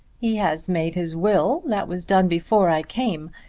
he has made his will. that was done before i came.